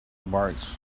barks